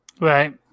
right